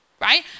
right